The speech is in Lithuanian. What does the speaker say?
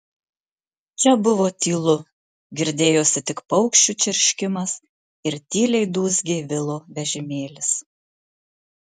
čia buvo tylu girdėjosi tik paukščių čirškimas ir tyliai dūzgė vilo vežimėlis